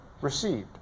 received